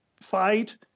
fight